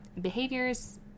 behaviors